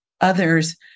others